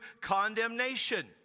condemnation